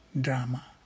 drama